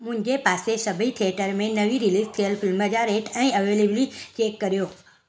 मुंहिंजे पासे सभई थिएटर में नवी रिलीज़ थियलु फिल्म जा रेट ऐं अवैलेबिलिटी चैक कयो